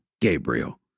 Gabriel